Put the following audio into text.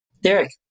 Derek